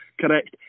correct